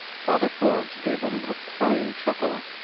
father forbes gave a little purring chuckle.